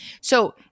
So-